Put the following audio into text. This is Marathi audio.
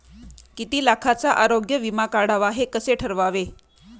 किती लाखाचा आरोग्य विमा काढावा हे कसे ठरवावे?